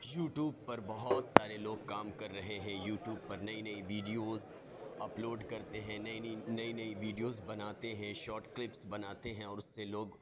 YouTube پر بہت سارے لوگ کام کر رہے ہیں یوٹیوب پر نئی نئی ویڈیوز اپلوڈ کرتے ہیں نئی نئی نئی نئی ویڈیوز بناتے ہیں شارٹ کلپس بناتے ہیں اور اس سے لوگ